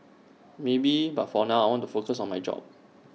maybe but for now I want to focus on my job